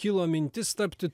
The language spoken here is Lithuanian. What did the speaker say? kilo mintis tapti